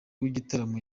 w’igitaramo